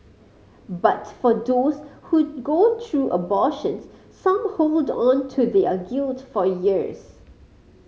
but for those who go through abortions some hold on to their guilt for years